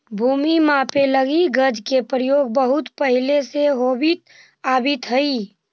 भूमि मापे लगी गज के प्रयोग बहुत पहिले से होवित आवित हइ